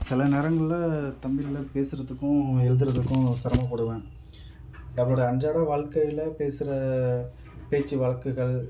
சில நேரங்கள்ல தமிழ்ல பேசுகிறதுக்கும் எழுதுகிறதுக்கும் சிரமப்படுவேன் நம்மளோடைய அன்றாட வாழ்க்கையில் பேசுகிற பேச்சு வழக்குகள்